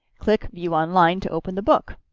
click view online to open the book.